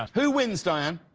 who wins diane?